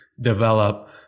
develop